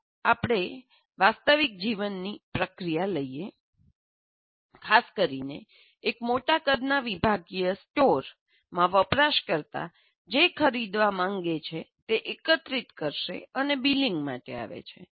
ચાલો આપણે વાસ્તવિક જીવનની પ્રક્રિયા લઈએ ખાસ કરીને એક મોટા કદના વિભાગીય સ્ટોર તે હોઈ શકે છે જ્યાં તમે તમારી જોગવાઈઓ અને તમારી દૈનિક જરૂરિયાતો અથવા સાપ્તાહિક જરૂરિયાતો ખરીદી શકો છો માં વપરાશકર્તા જે ખરીદવા માંગે છે તે એકત્રિત કરશે અને બિલિંગ માટે આવે છે